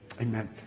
Amen